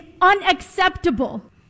unacceptable